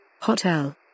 Hotel